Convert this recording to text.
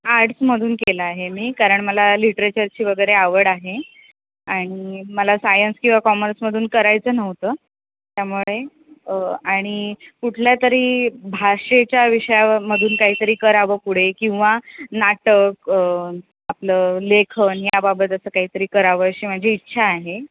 आर्ट्समधून केलं आहे मी कारण मला लिट्रेचरची वगैरे आवड आहे आणि मला सायन्स किंवा कॉमर्समधून करायचं नव्हतं त्यामुळे आणि कुठल्या तरी भाषेच्या विषयामधून काही तरी करावं पुढे किंवा नाटक आपलं लेखन या बाबत असं काही तरी करावं अशी माझी इच्छा आहे